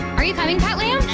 are you coming,